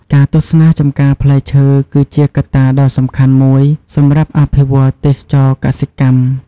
ការទស្សនាចម្ការផ្លែឈើគឺជាកត្តាដ៏សំខាន់មួយសម្រាប់អភិវឌ្ឍន៍ទេសចរណ៍កសិកម្ម។